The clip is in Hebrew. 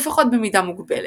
לפחות במידה מוגבלת.